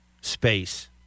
space